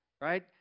Right